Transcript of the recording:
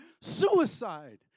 suicide